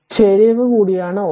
അതിനാൽ ചരിവ് കൂടിയാണ് 1